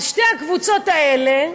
על שתי הקבוצות האלה,